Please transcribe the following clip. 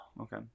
okay